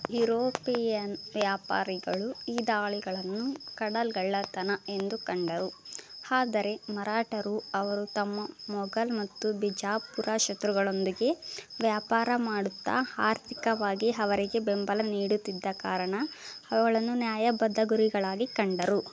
European ವ್ಯಾಪಾರಿಗಳು ಈ ದಾಳಿಗಳನ್ನು ಕಡಲ್ಗಳ್ಳತನ ಎಂದು ಕಂಡರು ಆದರೆ ಮರಾಠರು ಅವರು ತಮ್ಮ ಮೊಘಲ್ ಮತ್ತು ಬಿಜಾಪುರ ಶತ್ರುಗಳೊಂದಿಗೆ ವ್ಯಾಪಾರ ಮಾಡುತ್ತಾ ಆರ್ಥಿಕವಾಗಿ ಅವರಿಗೆ ಬೆಂಬಲ ನೀಡುತ್ತಿದ್ದ ಕಾರಣ ಅವ್ಗಳನ್ನು ನ್ಯಾಯಬದ್ಧ ಗುರಿಗಳಾಗಿ ಕಂಡರು